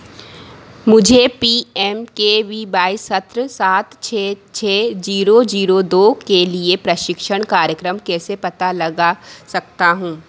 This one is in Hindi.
मुझे P M K V Y सत्र सात छः छः जीरो जीरो दो के लिए प्रशिक्षण कार्यक्रम कैसे पता लगा सकता हूँ